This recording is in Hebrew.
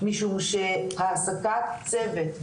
משום שהעסקת צוות,